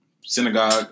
synagogue